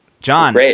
John